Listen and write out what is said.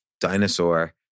dinosaur